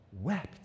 wept